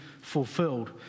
fulfilled